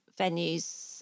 venues